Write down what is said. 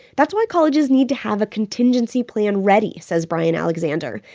that's why colleges need to have a contingency plan ready, says bryan alexander,